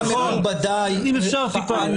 אם אפשר, טיפה.